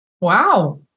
Wow